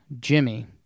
Jimmy